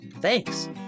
Thanks